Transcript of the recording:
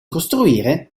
costruire